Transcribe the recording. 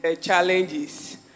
challenges